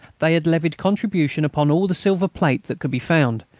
they had levied contribution upon all the silver plate that could be found,